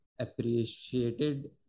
appreciated